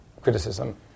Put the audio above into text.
criticism